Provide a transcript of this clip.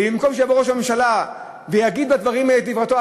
ובמקום שיבוא ראש הממשלה ויגיד בדברים האלה את דברתו,